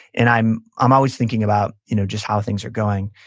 and i'm i'm always thinking about you know just how things are going.